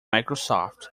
microsoft